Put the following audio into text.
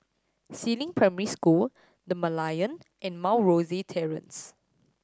Si Ling Primary School The Merlion and Mount Rosie Terrace